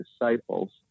disciples